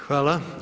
Hvala.